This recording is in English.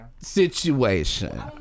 situation